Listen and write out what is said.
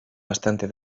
bastante